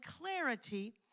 clarity